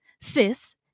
cis